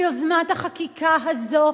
ביוזמת החקיקה הזאת,